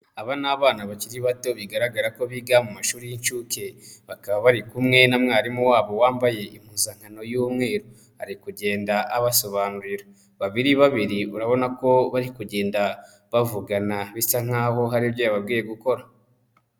Aba ni abana bakiri bato bigaragara ko biga mu mashuri y'inshuke, bakaba bari kumwe na mwarimu wabo wambaye impuzankano y'umweru, ari kugenda abasobanurira babiri babiri, urabona ko bari kugenda bavugana bisa nkaho hari ibyo yabwiye gukora.